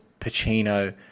Pacino –